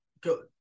go